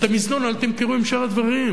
את המזנון אל תמכרו עם שאר הדברים.